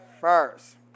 First